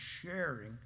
sharing